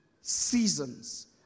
seasons